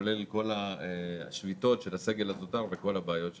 וכולל כל השביתות של הסגל הזוטר וכל הבעיות שהיו.